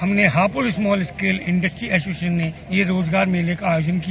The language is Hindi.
हमने Hapur small scale industries association ने यह रोजगार मेले का आयोजन किया